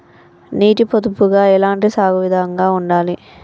నీటి పొదుపుగా ఎలాంటి సాగు విధంగా ఉండాలి?